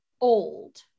old